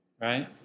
right